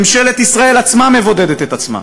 ממשלת ישראל עצמה מבודדת את עצמה.